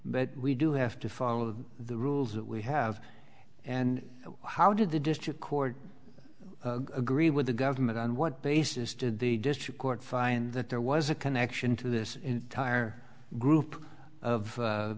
but we do have to follow the rules that we have and how did the district court agree with the government on what basis did the district court find that there was a connection to this entire group of